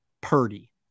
Purdy